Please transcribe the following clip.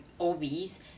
obese